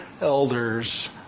elders